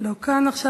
לא כאן עכשיו.